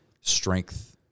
strength